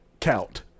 count